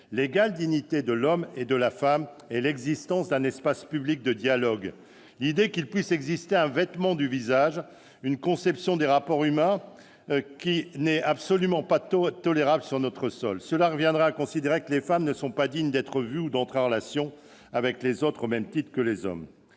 l'égale dignité de l'homme et de la femme et l'existence d'un espace public de dialogue. L'idée qu'il puisse exister un vêtement du visage correspond à une conception des rapports humains qui n'est absolument pas tolérable sur notre sol. Cela reviendrait à considérer que les femmes ne sont pas dignes d'être vues ou d'entrer en relation avec les autres, au même titre que les hommes.